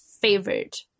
favorite